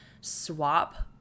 swap